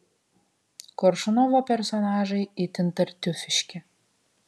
koršunovo personažai itin tartiufiški